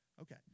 Okay